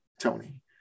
Tony